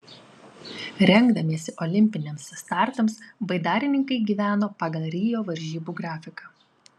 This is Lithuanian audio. rengdamiesi olimpiniams startams baidarininkai gyveno pagal rio varžybų grafiką